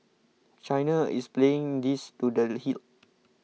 China is playing this to the hilt